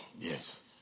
Yes